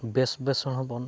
ᱵᱮᱥ ᱵᱮᱥ ᱦᱚᱲ ᱦᱚᱵᱚᱱ